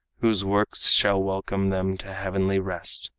whose works shall welcome them to heavenly rest.